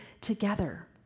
together